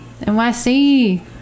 NYC